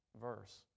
verse